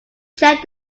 check